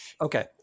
Okay